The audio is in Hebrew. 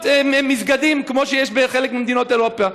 מסגדים כמו שיש בחלק ממדינות אירופה.